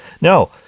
no